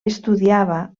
estudiava